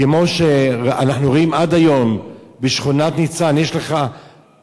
כמו שאנחנו רואים עד היום שבשכונת ניצן יש עדיין